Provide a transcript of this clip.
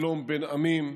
שלום בין עמים,